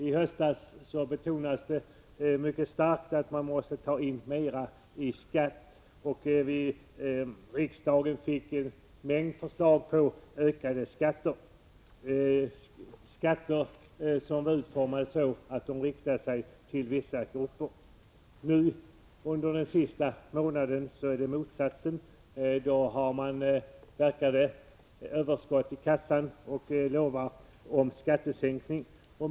I höstas betonades det mycket starkt att man måste ta in mer i skatt, och riksdagen fick en mängd förslag till ökade skatter — som utformades så att de riktade sig till vissa grupper. Under den senaste månaden har det uppstått ett motsatt förhållande. Då har man — förefaller det — ett överskott i kassan och utlovar en skattesänkning.